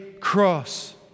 cross